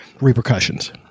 repercussions